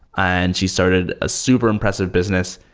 and she started a super impressive business.